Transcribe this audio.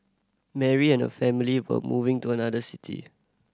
Mary and her family were moving to another city